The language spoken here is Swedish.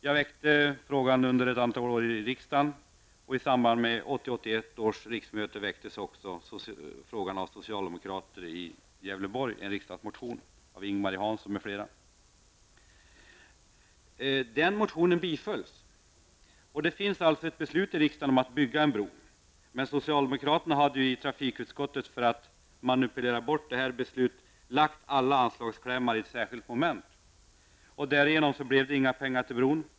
Jag har väckt frågan under ett antal år i riksdagen. I samband med 1980/81 års riksmöte väcktes frågan av socialdemokraterna i Gävleborg i en motion av Ing-Marie Hansson m.fl. Den motionen bifölls av riksdagen. Det finns alltså ett riksdagsbeslut på att bygga en bro, men socialdemokraterna i trafikutskottet hade, för att manipulera bort det här beslutet, lagt alla anslagsklämmar i ett särskilt moment. Därigenom blev det inga pengar till bron.